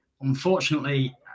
Unfortunately